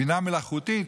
בינה מלאכותית,